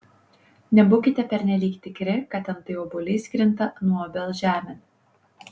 nebūkite pernelyg tikri kad antai obuolys krinta nuo obels žemėn